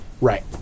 Right